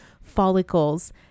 follicles